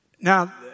Now